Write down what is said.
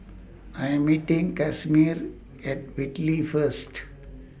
I Am meeting Casimir At Whitley First